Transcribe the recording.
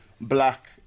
black